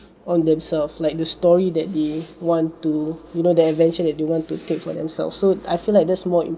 on themselves like the story that they want to you know the adventure that they want to take for themselves so I feel like there's more